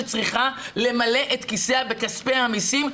שצריכה למלא את כיסיה בכספי המיסים,